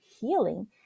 healing